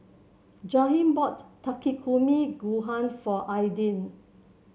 Jaheim bought Takikomi Gohan for Aydin